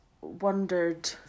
wondered